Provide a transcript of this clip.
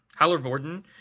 Hallervorden